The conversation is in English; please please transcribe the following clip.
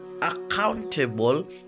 accountable